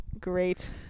great